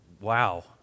Wow